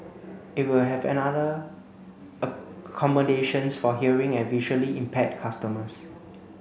it will have another accommodations for hearing and visually impaired customers